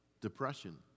Depression